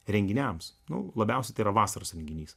renginiams nu labiausiai tai yra vasaros renginys